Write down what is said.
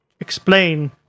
explain